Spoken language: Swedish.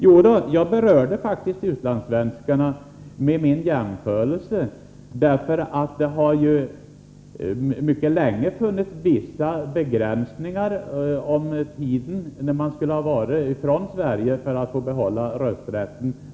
Jag berörde faktiskt utlandssvenskarna med min jämförelse. Mycket länge har funnits vissa begränsningar av den tid man får ha varit borta från Sverige och ändå får behålla rösträtten.